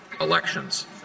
elections